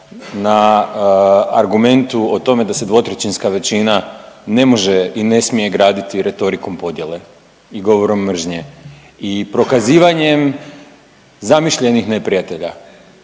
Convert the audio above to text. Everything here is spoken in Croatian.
na argumentu o tome da se 2/3 većina ne može i ne smije graditi retorikom podjele i govorom mržnje i prokazivanjem zamišljenih neprijatelja